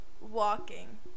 walking